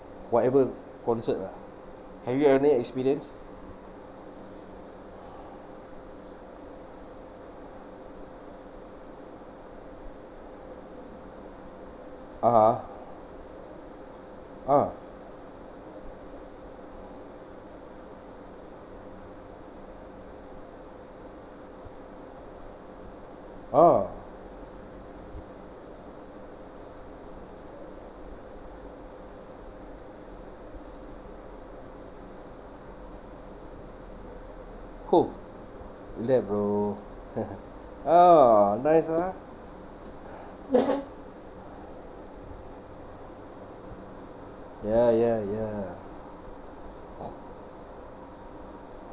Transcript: whatever concert lah have you any experience (uh huh) ah a'ah !huh! relak bro a'ah nice ah ya ya ya